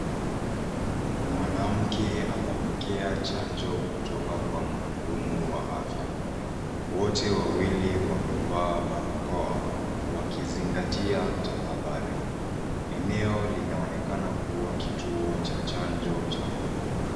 Mwanamke anapokea chanjo kutoka Kwa mhudumu wa afya .Wote wawili wamevaa barakoa wakizingatia tahadhari. Eneo linaonekana kuwa kituo cha chanjo cha muda.